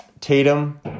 Tatum